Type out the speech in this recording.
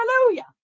Hallelujah